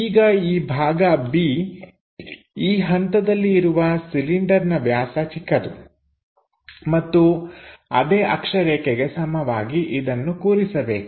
ಈಗ ಈ ಭಾಗ B ಈ ಹಂತದಲ್ಲಿ ಇರುವ ಸಿಲಿಂಡರ್ನ ವ್ಯಾಸ ಚಿಕ್ಕದು ಮತ್ತು ಅದೇ ಅಕ್ಷರೇಖೆಗೆ ಸಮವಾಗಿ ಇದನ್ನು ಕೂರಿಸಬೇಕು